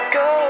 go